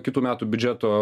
kitų metų biudžeto